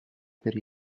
per